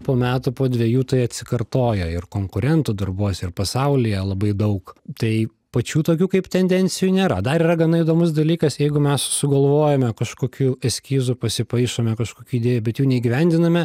po metų po dvejų tai atsikartoja ir konkurentų darbuose ir pasaulyje labai daug tai pačių tokių kaip tendencijų nėra dar yra gana įdomus dalykas jeigu mes sugalvojome kažkokių eskizų pasipaišome kažkokių idėjų bet jų neįgyvendiname